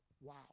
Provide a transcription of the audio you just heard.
Wow